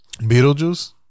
Beetlejuice